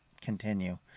continue